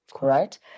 right